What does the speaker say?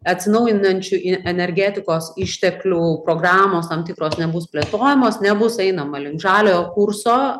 atsinaujinančių energetikos išteklių programos tam tikros nebus plėtojamos nebus einama link žaliojo kurso